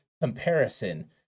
comparison